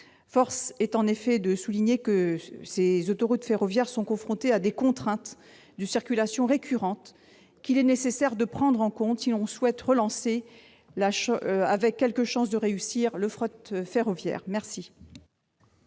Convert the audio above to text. Force est en effet de souligner que ces autoroutes ferroviaires sont confrontées à des contraintes de circulation récurrentes qu'il est nécessaire de prendre en compte si l'on souhaite relancer avec quelque chance de réussir le fret ferroviaire. Quel